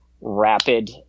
rapid